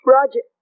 Roger